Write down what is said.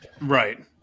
Right